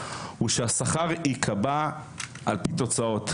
הוא שהשכר ייקבע על פי תוצאות,